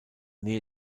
nähe